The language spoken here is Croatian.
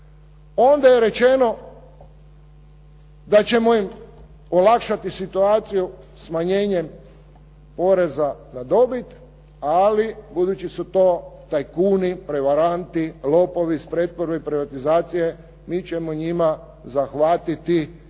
Onda je rečeno da ćemo im olakšati situaciju smanjenjem poreza na dobit ali budući su to tajkuni, prevaranti, lopovi iz pretvorbe i privatizacije mi ćemo njima zahvatiti tako